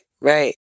right